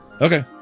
Okay